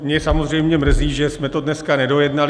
Mě samozřejmě mrzí, že jsme to dnes nedojednali.